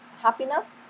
happiness